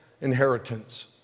inheritance